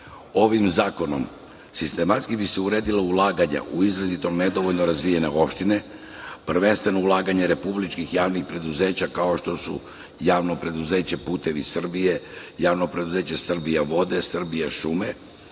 Ovim zakonom sistematski bi se uredila ulaganja u izrazito nedovoljno razvijene opštine, prvenstveno ulaganje republičkih javnih preduzeća, kao što su javno preduzeće „Putevi Srbije“, javno preduzeće „Srbijavode“, „Srbijašume“